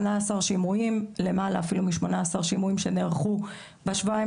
למעלה משמונה עשר שימועים שנערכו בשבועיים